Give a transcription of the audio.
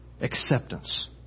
acceptance